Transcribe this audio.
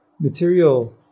material